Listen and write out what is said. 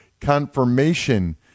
confirmation